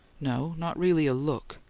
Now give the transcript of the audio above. no. not really a look.